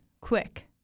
quick